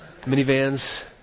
minivans